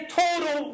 total